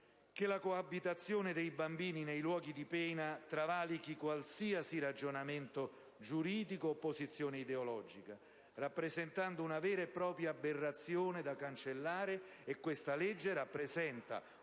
che la coabitazione dei bambini nei luoghi di pena travalichi qualsiasi ragionamento giuridico o posizione ideologica, rappresentando una vera e propria aberrazione da cancellare: e questa legge, che